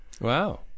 Wow